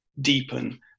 deepen